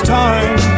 time